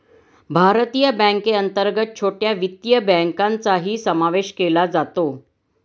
भारतीय बँकेअंतर्गत छोट्या वित्तीय बँकांचाही समावेश केला जातो